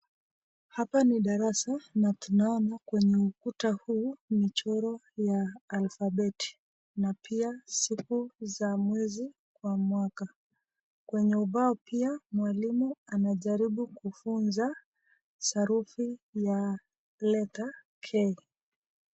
Hapa ni darasa na tunaona kwenye ukuta huu michoro ya alfabeti na pia siku za mwezi kwa mwaka, kwenye ubao pia mwalimu anajaribu kufunza sarufi ya leta K .